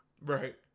Right